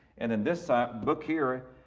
and then this ah book here,